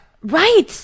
Right